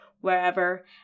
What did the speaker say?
wherever